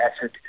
asset